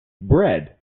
bread